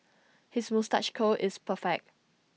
his moustache curl is perfect